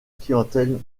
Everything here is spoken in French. clientèle